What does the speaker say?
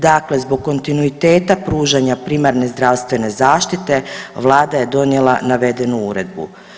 Dakle, zbog kontinuiteta pružanja primarne zdravstvene zaštite vlada je donijela navedenu uredbu.